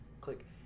click